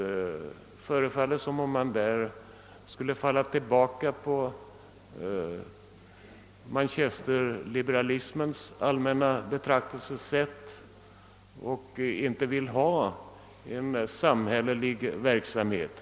Det förefaller som om man där skulle vara benägen att falla tillbaka på manchesterliberalismens allmänna betraktelsesätt och inte skulle vilja ha en samhällelig verksamhet.